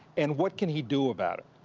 and what can he do about it?